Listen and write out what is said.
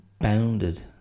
bounded